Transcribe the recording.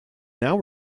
now